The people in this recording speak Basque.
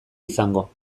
izango